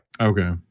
Okay